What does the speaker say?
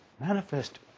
manifest